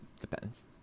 depends